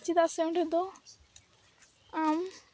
ᱪᱮᱫᱟᱜ ᱥᱮ ᱚᱸᱰᱮᱫᱚ ᱟᱢ